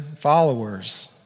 followers